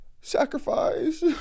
sacrifice